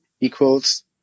equals